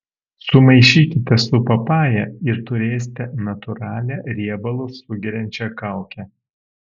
sumaišykite su papaja ir turėsite natūralią riebalus sugeriančią kaukę